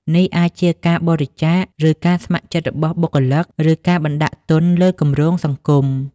នេះអាចជាការបរិច្ចាគ ការងារស្ម័គ្រចិត្តរបស់បុគ្គលិក ឬការបណ្តាក់ទុនលើគម្រោងសង្គម ។